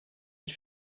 ich